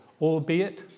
albeit